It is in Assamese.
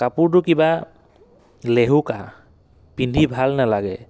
কাপোৰটো কিবা লেহুকা পিন্ধি ভাল নেলাগে